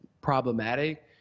problematic